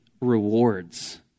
rewards